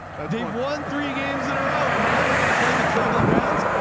they've won three games in a row and now you get to play the cleveland browns, yeah